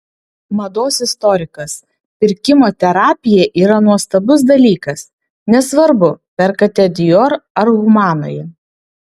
mados istorikas pirkimo terapija yra nuostabus dalykas nesvarbu perkate dior ar humanoje